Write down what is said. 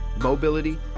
mobility